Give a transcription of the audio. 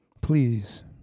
Please